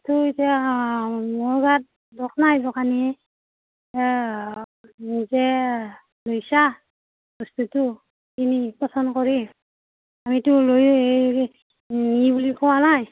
তটো এতিয়া মোৰ গাত দোষ নাই দোকানি যে লৈছা বস্তুটো কিনি পচন্দ কৰি আমিতো লৈ নি বুলি কোৱা নাই